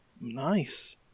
Nice